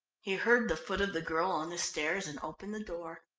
he heard the foot of the girl on the stairs, and opened the door.